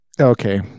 Okay